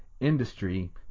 Industry